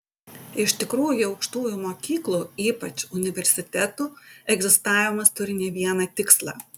iš tikrųjų aukštųjų mokyklų ypač universitetų egzistavimas turi ne vieną tikslą